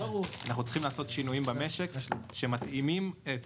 אנחנו צריכים לעשות שינויים במשק שמתאימים את